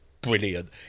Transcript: brilliant